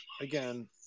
again